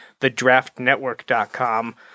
theDraftNetwork.com